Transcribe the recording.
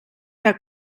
que